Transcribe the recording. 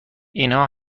اینها